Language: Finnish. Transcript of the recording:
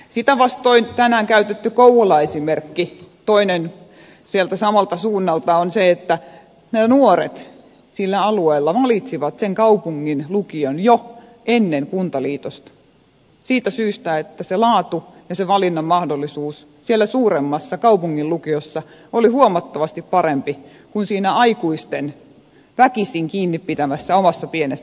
sitä vastoin tänään käytetty kouvola esimerkki toinen sieltä samalta suunnalta on se että ne nuoret sillä alueella valitsivat sen kaupungin lukion jo ennen kuntaliitosta siitä syystä että se laatu ja se valinnan mahdollisuus siellä suuremmassa kaupungin lukiossa oli huomattavasti parempi kuin siinä aikuisten väkisin kiinni pitämässä omassa pienessä lukiossa